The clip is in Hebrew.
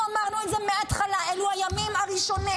אנחנו אמרנו את זה מהתחלה, בימים הראשונים,